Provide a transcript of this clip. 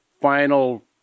final